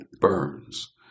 burns